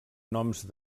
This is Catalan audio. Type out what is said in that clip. noms